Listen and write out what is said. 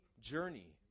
journey